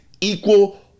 equal